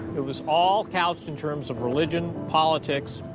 it was all couched in terms of religion, politics,